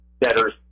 debtors